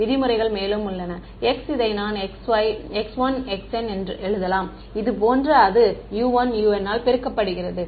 விதிமுறைகள் மேலும் உள்ளன x இதை நான் x 1x n எழுதலாம் இது போன்ற அது u 1u n ஆல் பெருக்கப்படுகிறது